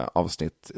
avsnitt